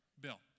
Bill